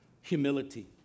Humility